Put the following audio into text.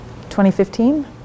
2015